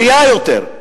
בריאה יותר,